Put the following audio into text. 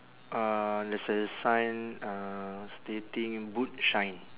uh there's a sign uh stating boot shine